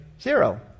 zero